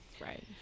right